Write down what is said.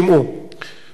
נושא אי-חיבורם